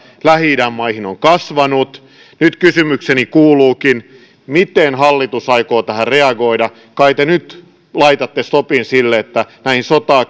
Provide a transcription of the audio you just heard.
lähi idän maihin on itse asiassa kasvanut nyt kysymykseni kuuluukin miten hallitus aikoo tähän reagoida kai te nyt laitatte stopin sille että näihin sotaa